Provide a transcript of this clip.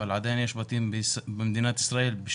אבל עדיין יש בתים במדינת ישראל 2020,